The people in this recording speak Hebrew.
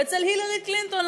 ואצל הילרי קלינטון,